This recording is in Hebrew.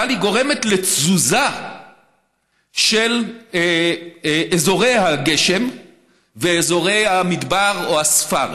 אבל היא גורמת לתזוזה של אזורי הגשם ואזורי המדבר או הספר.